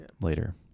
later